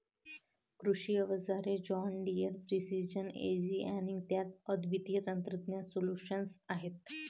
कृषी अवजारे John Deere precision ag आणि त्यात अद्वितीय तंत्रज्ञान सोल्यूशन्स आहेत